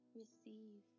receive